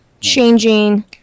changing